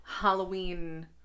Halloween